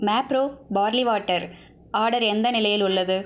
Mapro barley water order எந்த நிலையில் உள்ளது